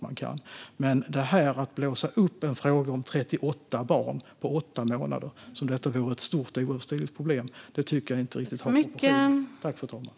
Men att blåsa upp en fråga om 38 barn på åtta månader som om detta vore ett stort, oöverstigligt problem tycker jag inte riktigt har rätt proportioner.